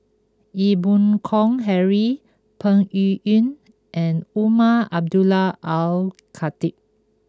Ee Boon Kong Henry Peng Yuyun and Umar Abdullah Al Khatib